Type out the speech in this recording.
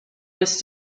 was